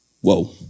whoa